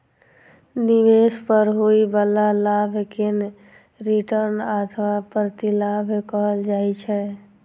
निवेश पर होइ बला लाभ कें रिटर्न अथवा प्रतिलाभ कहल जाइ छै